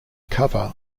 cover